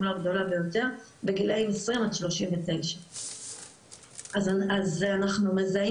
גדולה ביותר בגילים 20-39. אז אנחנו מזהים